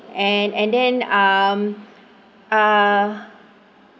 and and then um uh